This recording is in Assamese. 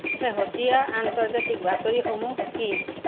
শেহতীয়া আন্তৰ্জাতিক বাতৰিসমূহ কি